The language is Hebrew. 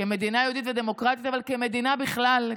כמדינה יהודית ודמוקרטית וכמדינה בכלל.